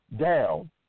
down